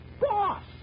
Boss